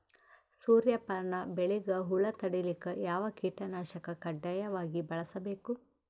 ಸೂರ್ಯಪಾನ ಬೆಳಿಗ ಹುಳ ತಡಿಲಿಕ ಯಾವ ಕೀಟನಾಶಕ ಕಡ್ಡಾಯವಾಗಿ ಬಳಸಬೇಕು?